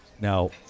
Now